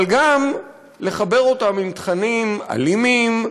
אבל גם לחבר אותם לתכנים אלימים,